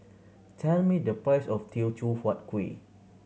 tell me the price of Teochew Huat Kuih